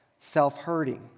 self-hurting